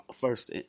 first